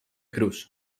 cruz